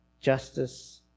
justice